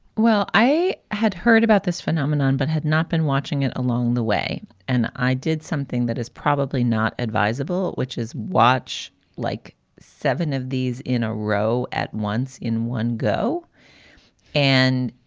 well, i had heard about this phenomenon, but had not been watching it along the way. and i did something that is probably not advisable, which is watch like seven of these in a row at once in one go and.